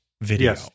video